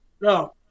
No